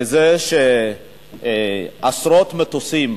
שעשרות מטוסים